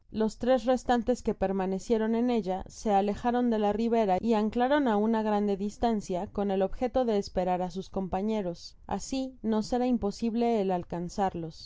los tres restantes que permanecieron en ella se alejaron de la ribera y anclaron á una grande distancia con el objeto de esperar á sus compañeros asi nos era imposible el alcanzarlos los